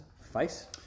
face